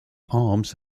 arms